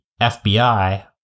FBI